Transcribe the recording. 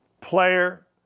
player